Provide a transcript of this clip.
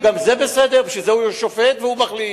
גם זה בסדר, בשביל זה הוא שופט והוא מחליט.